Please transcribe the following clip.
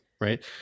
right